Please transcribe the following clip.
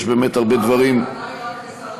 יש באמת הרבה דברים, הטענה היא רק לשר התקשורת.